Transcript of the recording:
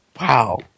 Wow